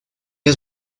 has